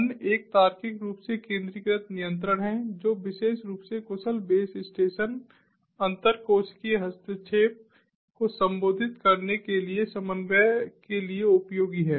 अन्य एक तार्किक रूप से केंद्रीकृत नियंत्रण है जो विशेष रूप से कुशल बेस स्टेशन अंतर कोशिकीय हस्तक्षेप को संबोधित करने के लिए समन्वय के लिए उपयोगी है